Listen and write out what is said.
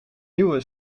nieuwe